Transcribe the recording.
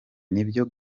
nibyo